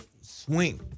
swing